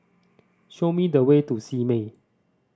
show me the way to Simei